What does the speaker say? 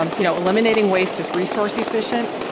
um you know, eliminating waste is resource-efficient,